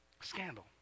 Scandal